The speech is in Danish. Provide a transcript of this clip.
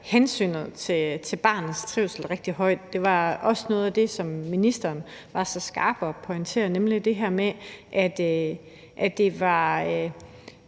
hensynet til barnets trivsel rigtig højt. Det var også noget af det, ministeren var så skarp at pointere, nemlig det her med, at det er